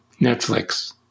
Netflix